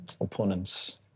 opponents